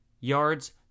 yards